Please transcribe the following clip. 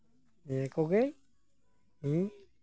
ᱱᱤᱭᱟᱹ ᱠᱚᱜᱮ